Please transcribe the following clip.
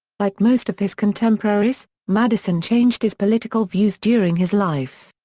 like most of his contemporaries, madison changed his political views during his life.